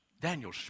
Daniel